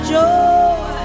Joy